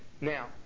Now